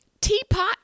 Teapot